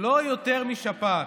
לא יותר משפעת.